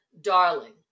Darling